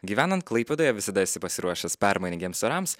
gyvenant klaipėdoje visada esi pasiruošęs permainingiems orams